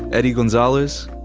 eddie gonzalez,